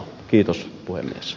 arvoisa puhemies